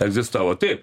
egzistavo taip